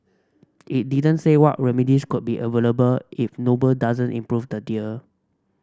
it didn't say what remedies could be available if Noble doesn't improve the deal